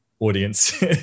Audience